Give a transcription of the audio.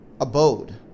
abode